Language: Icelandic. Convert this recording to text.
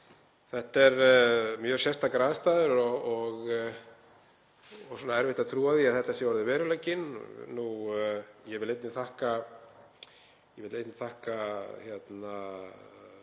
Þetta eru mjög sérstakar aðstæður og erfitt að trúa því að þetta sé orðinn veruleikinn. Ég vil einnig þakka